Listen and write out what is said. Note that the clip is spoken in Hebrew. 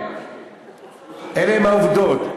אלה הן העובדות,